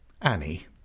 Annie